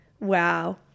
Wow